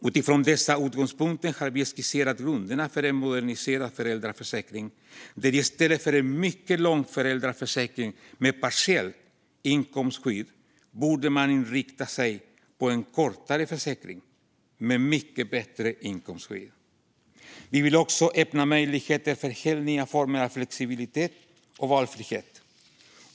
Utifrån dessa utgångpunkter har vi skisserat grunderna för en moderniserad föräldraförsäkring där man i stället för att ha en mycket lång föräldraförsäkring med partiellt inkomstskydd borde inrikta sig på en kortare försäkring med mycket bättre inkomstskydd. Vi vill också öppna möjligheter för helt nya former av flexibilitet och valfrihet.